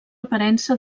aparença